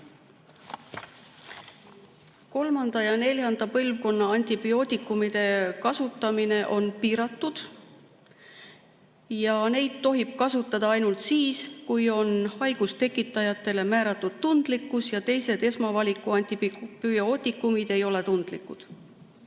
kolmanda ja neljanda põlvkonna antibiootikumide kasutamine on piiratud ning neid tohib kasutada ainult siis, kui on haigustekitajatele määratud tundlikkus ja teised esmavaliku antibiootikumid ei ole tundlikud.